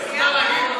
סיימנו?